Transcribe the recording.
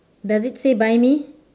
does it say buy me